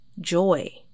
joy